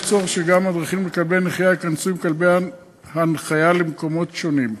יש צורך שגם מדריכים לכלבי נחייה ייכנסו עם כלבי הנחייה למקומות שונים.